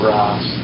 Ross